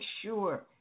sure